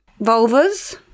vulvas